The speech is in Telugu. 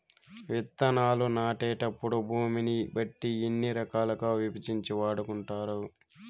విత్తనాలు నాటేటప్పుడు భూమిని బట్టి ఎన్ని రకాలుగా విభజించి వాడుకుంటారు?